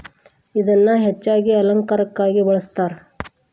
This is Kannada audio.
ಇದನ್ನಾ ಹೆಚ್ಚಾಗಿ ಅಲಂಕಾರಕ್ಕಾಗಿ ಬಳ್ಸತಾರ